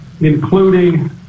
including